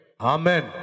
Amen